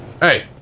Hey